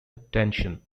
attention